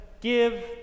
give